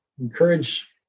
encourage